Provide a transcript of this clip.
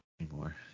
anymore